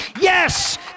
Yes